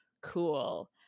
cool